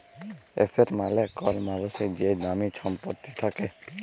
asset মালে কল মালুসের যে দামি ছম্পত্তি থ্যাকে